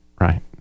right